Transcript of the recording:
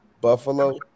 Buffalo